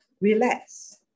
Relax